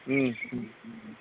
ओम